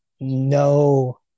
no